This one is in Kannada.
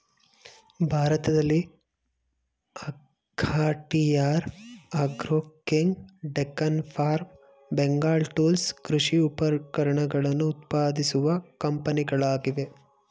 ಭಾರತದಲ್ಲಿ Akhatiyar agro king, Deccan farm, Bengal tools ಕೃಷಿ ಉಪಕರಣಗಳನ್ನು ಉತ್ಪಾದಿಸುವ ಕಂಪನಿಗಳಾಗಿವೆ